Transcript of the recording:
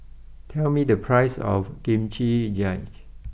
tell me the price of Kimchi Jjigae